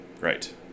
Right